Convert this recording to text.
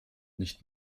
nicht